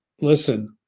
listen –